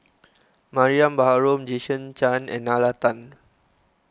Mariam Baharom Jason Chan and Nalla Tan